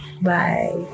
Bye